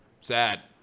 Sad